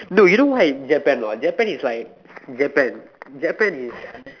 no you know why it's Japan or not Japan is like Japan Japan is